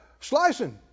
slicing